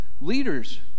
leaders